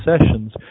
sessions